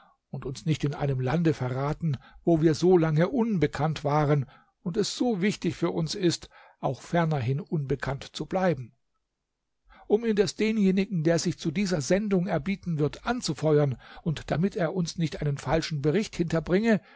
und uns nicht in einem lande verraten wo wir so lange unbekannt waren und es so wichtig für uns ist auch fernerhin unbekannt zu bleiben um indes denjenigen der sich zu dieser sendung erbieten wird anzufeuern und damit er uns nicht einen falschen bericht